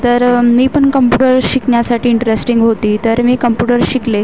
तर मी पण कंपुटर शिकण्यासाठी इंटरेस्टिंग होते तर मी कंपुटर शिकले